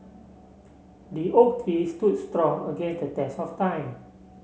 the oak tree stood strong against the test of time